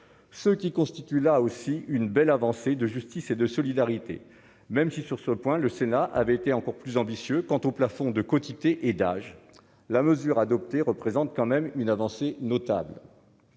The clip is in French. ce qui constitue là aussi une belle avancée, de justice et de solidarité, même si sur ce point, le Sénat avait été encore plus ambitieux quant au plafond de quotité et d'âge, la mesure adoptée représente quand même une avancée notable,